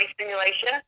simulation